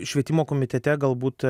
švietimo komitete galbūt